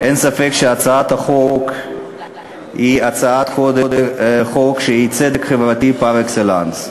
אין ספק שהצעת החוק היא הצעת חוק שהיא צדק חברתי פר-אקסלנס.